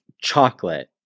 Chocolate